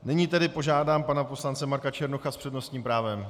Nyní tedy požádám pana poslance Marka Černocha s přednostním právem.